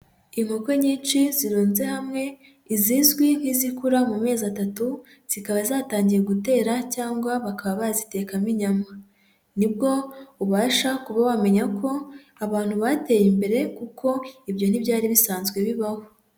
Inkoko nyinshi zirunze hamwe, izizwi nk'izikura mu mezi atatu zikaba zatangiye gutera cyangwa bakaba bazitekamo inyama, ni bwo ubasha kuba wamenya ko abantu bateye imbere kuko ibyo ntibyari bisanzwe bibaho.